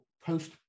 post